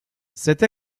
cette